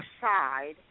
side